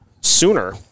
sooner